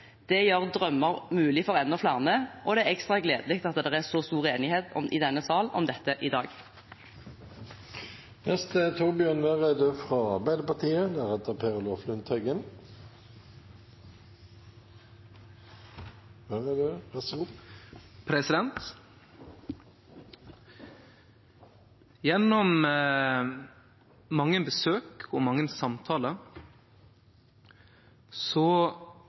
Det gjør drømmer mulig for enda flere, og det er ekstra gledelig at det er så stor enighet i denne sal om dette i dag. Gjennom mange besøk og mange samtalar er det ikkje vanskeleg å bli begeistra når vi snakkar om dette temaet. Og